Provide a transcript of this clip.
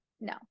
no